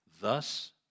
Thus